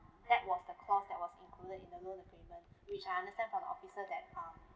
that was the clause that was included in the loan agreement which I understand from the officer that um